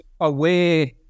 aware